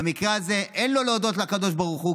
במקרה הזה אין לו להודות לקדוש ברוך הוא,